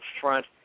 front